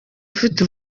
ufite